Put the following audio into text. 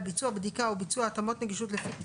ביצוע בדיקה או ביצוע התאמות נגישות לפי תקן,